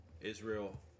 Israel